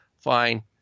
fine